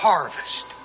Harvest